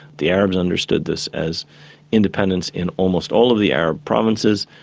the arabs understood this as independence in almost all of the arab provinces,